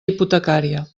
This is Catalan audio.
hipotecària